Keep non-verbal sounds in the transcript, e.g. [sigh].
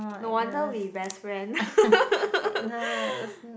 no wonder we best friend [laughs]